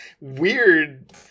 weird